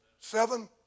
Seven